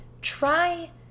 try